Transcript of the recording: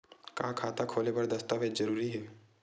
का खाता खोले बर दस्तावेज जरूरी हे?